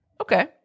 Okay